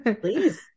Please